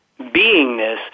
beingness